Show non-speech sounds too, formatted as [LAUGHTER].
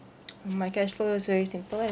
[NOISE] my cash flow is very simple and